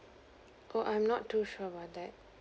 oh I'm not too sure about that